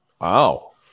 Wow